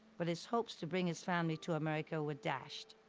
but his hopes to bring his family to america were dashed.